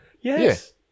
Yes